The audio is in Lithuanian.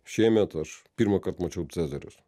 šiemet aš pirmąkart mačiau cezarius